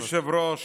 אדוני היושב-ראש,